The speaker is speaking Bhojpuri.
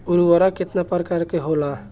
उर्वरक केतना प्रकार के होला?